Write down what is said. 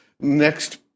next